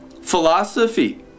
Philosophy